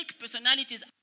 personalities